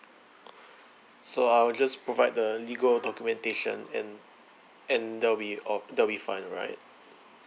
so I'll just provide the legal documentation and and that'll be that'll be fine alright